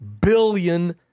billion